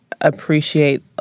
appreciate